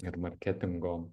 ir marketingo